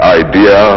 idea